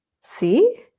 see